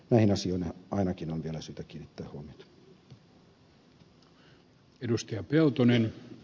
näihin asioihin ainakin on vielä syytä kiinnittää huomiota